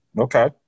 Okay